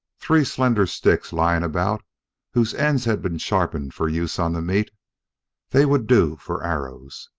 three slender sticks lying about whose ends had been sharpened for use on the meat they would do for arrows.